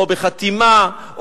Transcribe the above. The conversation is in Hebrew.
או בחתימה,